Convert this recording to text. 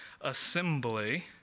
assembly